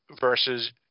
versus